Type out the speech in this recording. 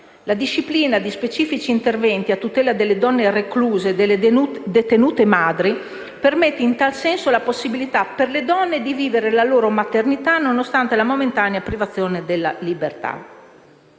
La disciplina di specifici interventi a tutela delle donne recluse e delle detenute madri permette in tal senso la possibilità per le donne di vivere la loro maternità, nonostante la momentanea privazione della libertà.